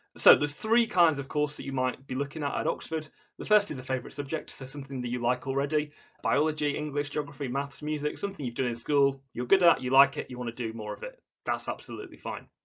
so there's three kinds of course that you might be looking at at oxford the first is a favorite subject, so something that you like already biology, english, geography, maths, music, something you've done in school you're good at, you like it, you want to do more of it that's absolutely fine.